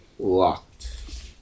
Locked